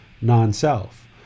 non-self